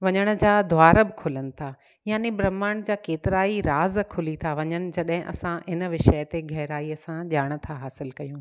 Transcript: वञण जा द्वार बि खुलनि था याने ब्रहमांड जा केतिरा ई राज़ु खुली था वञनि जॾहिं असां इन विषय ते गहिराईअ सां ॼाण था हासिलु कयूं